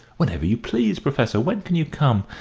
whenever you please, professor. when can you come?